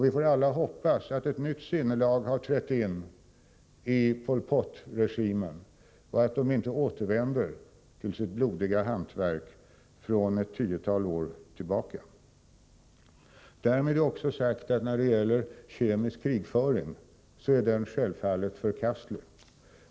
Vi får alla hoppas att Pol Pot-regimen har fått ett nytt sinnelag och att Pol Pot inte återvänder till det blodiga hantverk som han utövade för ett tiotal år sedan. Därmed är också sagt att kemisk krigföring självfallet är förkastlig.